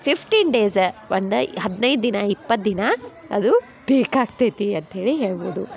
fifteen days ಒಂದು ಹದಿನೈದು ದಿನ ಇಪ್ಪತ್ತು ದಿನ ಅದು ಬೇಕಾಗ್ತೈತಿ ಅಂತ್ಹೇಳಿ ಹೇಳ್ಬೋದು